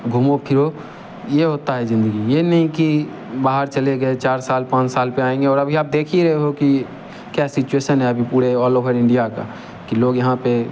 घूमो फिरो ये होता है जिंदगी ये नहीं कि बाहर चले गए चार साल पाँच साल पे आएँगे और अभी आप देख ही रहे हो कि क्या सिचुएशन है अभी पूरे ऑल ऑवर इंडिया का कि लोग यहाँ पे